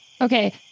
Okay